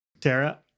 tara